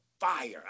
fire